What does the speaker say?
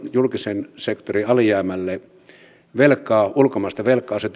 julkisen sektorin alijäämälle ulkomaista velkaa se